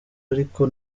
ariko